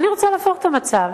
אני רוצה להפוך את המצב.